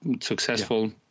successful